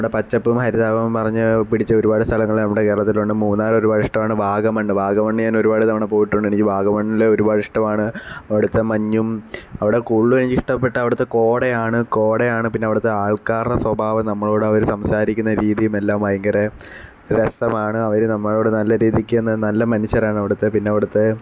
ഇവിടെ പച്ചപ്പും ഹരിതാപവും പറഞ്ഞ് പിടിച്ച് ഒരുപാട് സ്ഥലങ്ങൾ നമ്മുടെ കേരളത്തിലുണ്ട് മൂന്നാറ് ഒരുപാട് ഇഷ്ടമാണ് വാഗമൺ വാഗമൺ ഞാൻ ഒരുപാട് തവണ പോയിട്ടുണ്ട് എനിക്ക് വാഗമണ്ണിലെ ഒരുപാട് ഇഷ്ടമാണ് അവിടുത്തെ മഞ്ഞും അവിടെ കൂടുതലും എനിക്കിഷ്ടപ്പെട്ട അവിടുത്തെ കോടയാണ് കോടയാണ് പിന്നെ അവിടുത്തെ ആൾക്കാരുടെ സ്വഭാവം നമ്മളോട് അവർ സംസാരിക്കുന്ന രീതിയും എല്ലാം ഭയങ്കര രസമാണ് അവർ നമ്മളോട് നല്ല രീതിയ്ക്ക് തന്നെ നല്ല മനുഷ്യരാണ് അവിടുത്തെ പിന്നെ അവിടുത്തെ